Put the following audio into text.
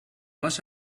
les